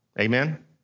Amen